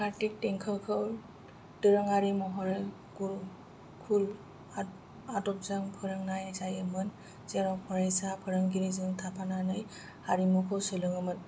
कार्टिक देंखोखौ दोरोङारि महरै गुरुकुल आदबजों फोरोंनाय जायो मोन जेराव फरायसाया फोरोंगिरिजों थाफानानै आरिमुखौ सोलोङो मोन